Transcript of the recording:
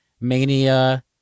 mania